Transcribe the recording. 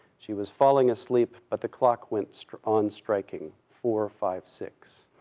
she was falling asleep, but the clock went so on striking, four, five, six.